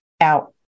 out